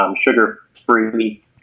sugar-free